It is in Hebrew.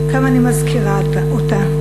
כמה אני מזכירה אותה.